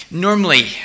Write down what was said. Normally